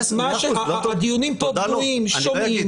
הדיונים פה בנויים, שומעים